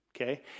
Okay